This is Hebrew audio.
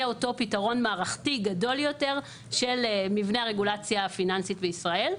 אותו פתרון מערכתי גדול יותר של מבנה הרגולציה הפיננסית בישראל,